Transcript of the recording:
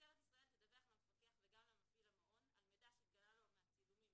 "משטרת ישראל תדווח למפקח וגם למפעיל המעון על מידע שהתגלה לה מהצילומים